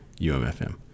umfm